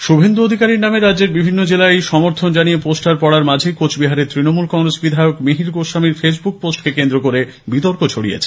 শুভেন্দু অধিকারীর নামে রাজ্যের বিভিন্ন জেলায় সমর্থন জানিয়ে পোস্টার পড়ার মাঝে কোচবিহারের তৃণমূল কংগ্রেস বিধায়ক মিহির গোস্বামীর ফেসবুক পোস্টকে কেন্দ্র করে বিতর্ক ছড়িয়েছে